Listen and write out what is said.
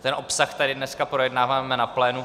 Ten obsah tady dneska projednáváme na plénu.